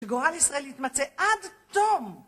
שגורל ישראל יתמצה עד תום!